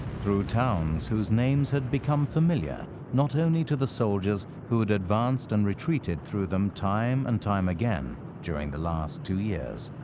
through towns whose names had become familiar not only to the soldiers who had advanced and retreated through them time and time again during the last two years,